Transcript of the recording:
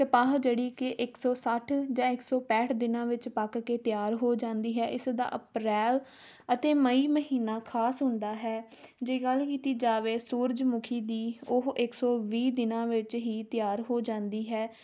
ਕਪਾਹ ਜਿਹੜੀ ਕਿ ਇੱਕ ਸੌ ਸੱਠ ਜਾਂ ਇੱਕ ਸੌ ਪੈਂਹਠ ਦਿਨਾਂ ਵਿੱਚ ਪੱਕ ਕੇ ਤਿਆਰ ਹੋ ਜਾਂਦੀ ਹੈ ਇਸ ਦਾ ਅਪ੍ਰੈਲ ਅਤੇ ਮਈ ਮਹੀਨਾ ਖਾਸ ਹੁੰਦਾ ਹੈ ਜੇ ਗੱਲ ਕੀਤੀ ਜਾਵੇ ਸੂਰਜਮੁਖੀ ਦੀ ਉਹ ਇੱਕ ਸੌ ਵੀਹ ਦਿਨਾਂ ਵਿੱਚ ਹੀ ਤਿਆਰ ਹੋ ਜਾਂਦੀ ਹੈ